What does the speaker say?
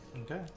Okay